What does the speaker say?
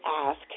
ask